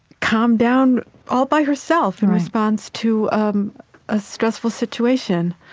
calm down all by herself, in response to a stressful situation.